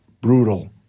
brutal